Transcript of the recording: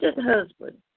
husband